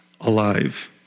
alive